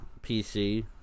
PC